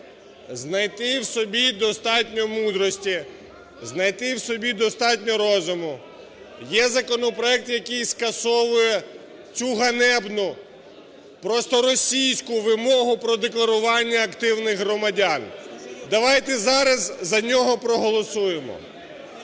знайти в собі достатньо мудрості, знайти в собі достатньо розуму. Є законопроект, який скасовує цю ганебну, просто російську вимогу про декларування активних громадян. Давайте зараз за нього проголосуємо.